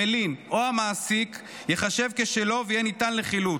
המלין או המעסיק ייחשב כשלו ויהיה ניתן לחילוט,